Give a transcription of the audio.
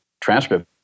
transcript